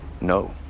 No